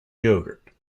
yogurt